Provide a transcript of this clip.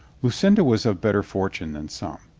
lucinda was of better fortune than some.